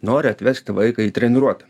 nori atvesti vaiką į treniruotę